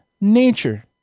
nature